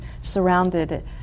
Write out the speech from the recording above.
surrounded